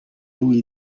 lui